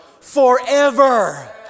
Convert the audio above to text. forever